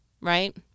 right